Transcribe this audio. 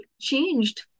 changed